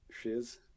shiz